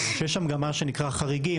שיש שם גם מה שנקרא חריגים,